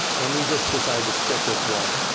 and we just decided to stick with one.